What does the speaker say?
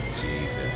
Jesus